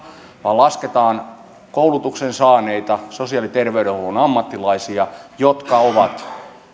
vaan lasketaan koulutuksen saaneita sosiaali ja terveydenhuollon ammattilaisia jotka ovat arjessa